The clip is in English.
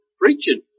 preaching